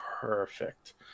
Perfect